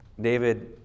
David